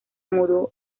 mudó